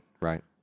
right